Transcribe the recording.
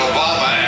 Obama